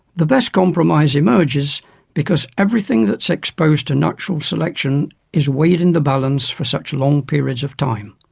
the best compromise emerges because everything that's exposed to natural selection is weighed in the balance for such long periods of time.